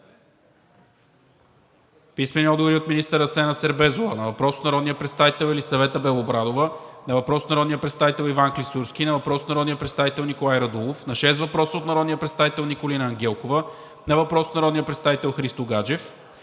Христо Гаджев; - министър Асена Сербезова на въпрос от народния представител Елисавета Белобрадова; на въпрос от народния представител Иван Клисурски; на въпрос от народния представител Николай Радулов; на шест въпроса от народния представител Николина Ангелкова; на въпрос от народния представител Христо Гаджев;